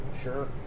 sure